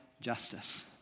justice